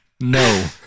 No